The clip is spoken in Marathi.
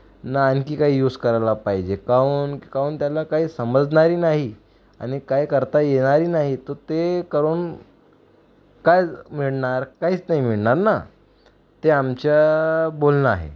ना आणखी काही यूज करायला पाहिजे काउन काउन त्यांना काही समजनारही नाही आणि काय करता येनारही नाही तर ते करून काय मिळणार काहीच नाही मिळणार ना ते आमच्या बोलणं आहे